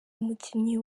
umukinnyi